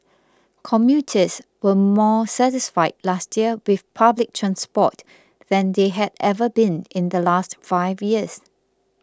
commuters were more satisfied last year with public transport than they had ever been in the last five years